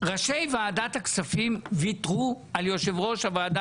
ראשי ועדת הכספים ויתרו על יושב ראש הוועדה